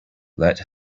let